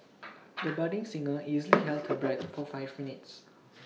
the budding singer easily held her breath for five minutes